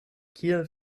kiel